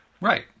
right